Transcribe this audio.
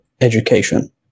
education